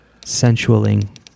sensualing